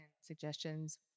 suggestions